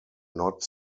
not